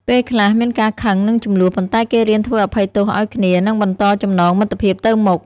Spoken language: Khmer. ពេលខ្លះមានការខឹង និងជម្លោះ ប៉ុន្តែគេរៀនធ្វើអភ័យទោសឱ្យគ្នា និងបន្តចំណងមិត្តភាពទៅមុខ។